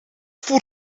voor